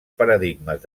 paradigmes